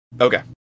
Okay